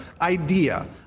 idea